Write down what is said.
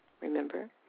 remember